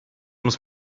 muss